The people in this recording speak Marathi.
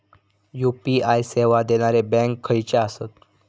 यू.पी.आय सेवा देणारे बँक खयचे आसत?